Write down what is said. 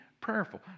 prayerful